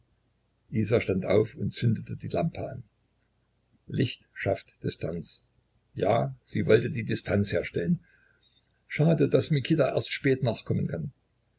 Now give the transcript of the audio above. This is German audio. isa stand auf und zündete die lampe an licht schafft distanz ja sie wollte die distanz herstellen schade daß mikita erst spät nachkommen kann